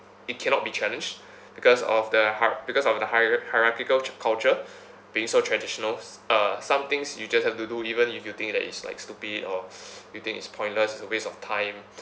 it cannot be challenged because of the hi~ because of the hiera~ hierarchical t~ culture being so traditional uh some things you just have to do even if you think that is like stupid or you think it's pointless it's a waste of time